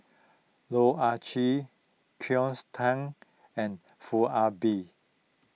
Loh Ah Chee Cleo Thang and Foo Ah Bee